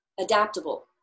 adaptable